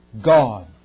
God